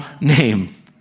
name